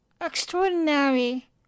Extraordinary